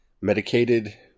medicated